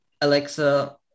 Alexa